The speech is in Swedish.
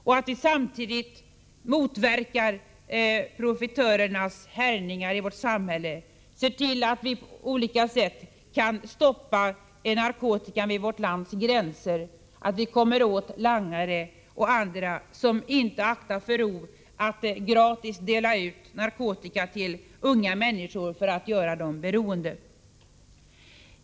Vi måste samtidigt motverka profitörernas härjningar i vårt samhälle och på olika sätt stoppa narkotikan vid vårt lands gränser. Vi måste komma åt langare och andra som inte aktar för rov att gratis dela ut narkotika till unga människor för att göra dessa beroende.